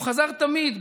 הוא חזר תמיד,